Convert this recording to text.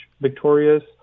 victorious